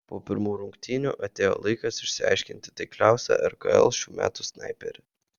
po pirmų rungtynių atėjo laikas išsiaiškinti taikliausią rkl šių metų snaiperį